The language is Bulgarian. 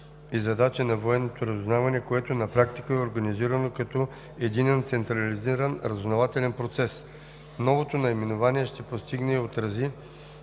и задачи на военното разузнаване, което на практика е организирано като единен централизиран разузнавателен процес. Новото наименование ще постигне и отрази